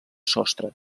sostre